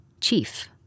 Chief